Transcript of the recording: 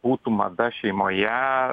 būtų mada šeimoje